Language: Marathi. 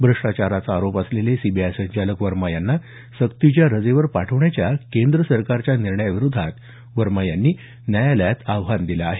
भ्रष्टाचाराचा आरोप असलेले सीबीआय संचालक वर्मा यांना सक्तीच्या रजेवर पाठवण्याच्या केंद्र सरकारच्या निर्णयाविरोधात वर्मा यांनी न्यायालयात आव्हान दिलं आहे